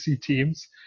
teams